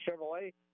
chevrolet